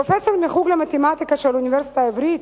פרופסור מהחוג למתמטיקה של האוניברסיטה העברית,